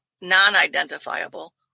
non-identifiable